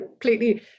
completely